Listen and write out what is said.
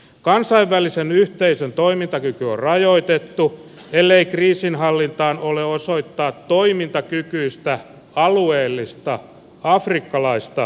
kansainvälisen yhteisön toimintakyky on rajoitettu ellei kriisinhallintaan ole osoittaa toimintakykyistä alueellista afrikkalaista järjestöä